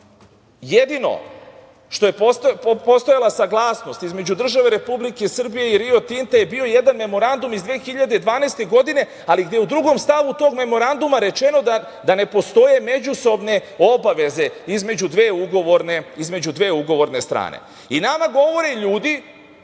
Jedino što je postojala saglasnost između države Republike Srbije i „Rio Tinta“ je bio jedan memorandum iz 2012. godine, ali gde u drugom stavu tog memoranduma je rečeno da ne postoje međusobne obaveze između dve ugovorne strane. Nama govore ljudi